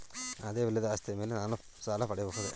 ಆದಾಯವಿಲ್ಲದ ಆಸ್ತಿಯ ಮೇಲೆ ನಾನು ಸಾಲ ಪಡೆಯಬಹುದೇ?